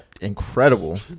incredible